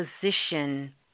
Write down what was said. position